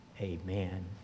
Amen